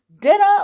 Dinner